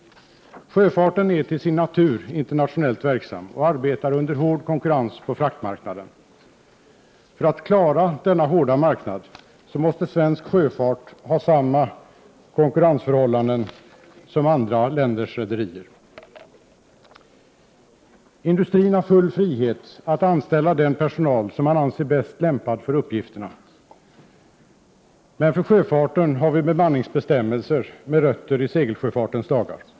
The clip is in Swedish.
Sjöfarten är till sin natur internationellt verksam och arbetar under hård konkurrens på fraktmarknaden. För att klara denna hårda marknad måste svensk sjöfart ha samma konkurrensförhållanden som andra länders rederier. Industrin har full frihet att anställa den personal som man anser bäst lämpad för uppgifterna, men för sjöfarten gäller bemanningsbestämmelser med rötter i segelsjöfartens dagar.